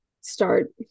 start